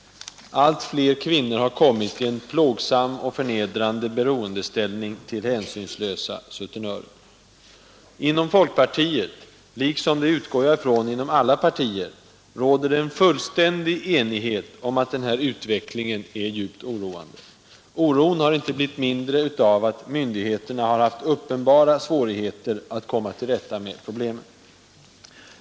Allt fler kvinnor har kommit i en plågsam och förnedrande beroendeställning till hänsynslösa sutenörer. Inom folkpartiet, liksom — utgår jag från — inom alla andra partier, råder det en fullständig enighet om att denna utveckling är djupt oroande. Oron har inte blivit mindre av att myndigheterna har haft uppenbara svårigheter att komma till rätta med problemet.